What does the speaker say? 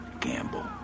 gamble